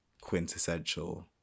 quintessential